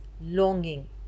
longing